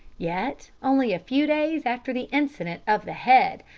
yet only a few days after the incident of the head,